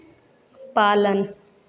पालन